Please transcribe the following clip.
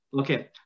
Okay